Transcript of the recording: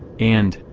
and,